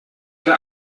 der